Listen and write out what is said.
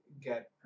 Get